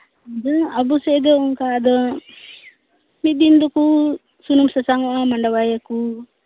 ᱡᱟ ᱟᱵᱚ ᱥᱮᱫ ᱫᱚ ᱚᱱᱠᱟ ᱟᱫᱚ ᱢᱤᱫ ᱫᱤᱱ ᱫᱚᱠᱚ ᱥᱩᱱᱩᱢ ᱥᱟᱥᱟᱝᱚᱜᱼᱟ ᱢᱟᱰᱣᱟᱭᱟᱠᱚ